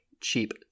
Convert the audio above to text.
cheap